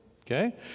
Okay